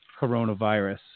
coronavirus